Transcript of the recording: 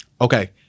Okay